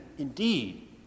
indeed